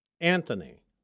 Anthony